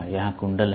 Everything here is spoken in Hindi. यहाँ कुंडल है